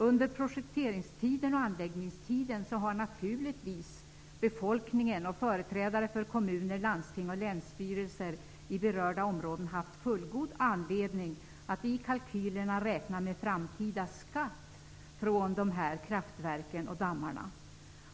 Under projekterings och anläggningstiden har befolkningen och företrädare för kommuner, landsting och länsstyrelser i berörda områden haft fullgod anledning att i kalkylerna räkna med framtida skatteinkomster från dessa kraftverk och deras dammar.